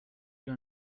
your